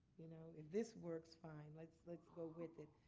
you know if this works, fine, let's let's go with it.